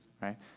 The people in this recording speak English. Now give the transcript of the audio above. right